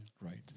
right